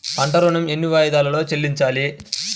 పంట ఋణం ఎన్ని వాయిదాలలో చెల్లించాలి?